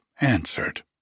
answered